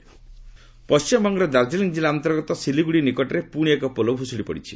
Vij collapse ପଣ୍ଟିମବଙ୍ଗର ଦାର୍ଜିଲିଂ ଜିଲ୍ଲା ଅନ୍ତର୍ଗତ ସିଲିଗୁଡି ନିକଟରେ ପୁଣି ଏକ ପୋଲ ଭୁଷୁଡିପଡିଛି